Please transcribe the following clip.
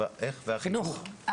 והחינוך,